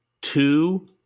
two